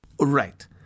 Right